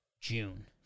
June